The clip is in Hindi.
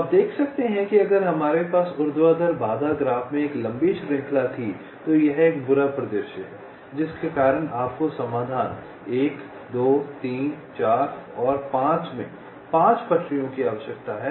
तो आप देख सकते हैं कि अगर हमारे पास ऊर्ध्वाधर बाधा ग्राफ में एक लंबी श्रृंखला थी तो यह एक बुरा परिदृश्य है जिसके कारण आपको समाधान 1 2 3 4 और 5 में 5 पटरियों की आवश्यकता है